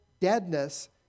deadness